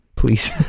Please